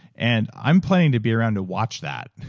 and i'm planing to be around to watch that.